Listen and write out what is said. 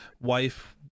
wife